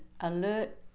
alert